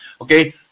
Okay